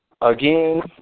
Again